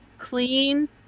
clean